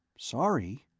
sorry.